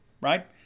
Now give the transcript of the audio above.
right